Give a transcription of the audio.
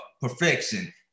perfection